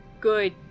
Good